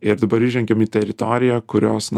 ir dabar įžengėm į teritoriją kurios na